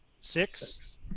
six